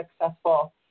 successful